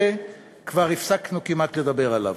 שכבר הפסקנו כמעט לדבר עליו.